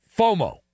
FOMO